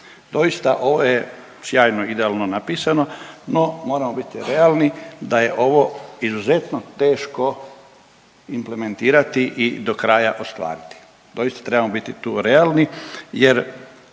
Doista ovo je sjajno, idealno napisano, no moramo biti realni da je ovo izuzetno teško implementirati i do kraja ostvariti. To isto trebamo biti tu realni jer